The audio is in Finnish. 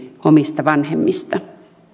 omista vanhemmista